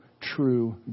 true